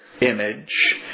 image